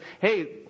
Hey